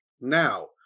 Now